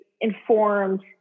informed